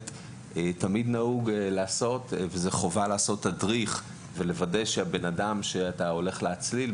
חובה לעשות תדריך ולוודא שהבן אדם שאתה הולך להצליל,